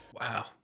Wow